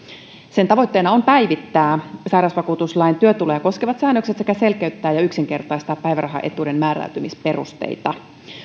sen tavoitteena on päivittää sairausvakuutuslain työtuloja koskevat säännökset sekä selkeyttää ja yksinkertaistaa päivärahaetuuden määräytymisperusteita